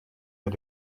mit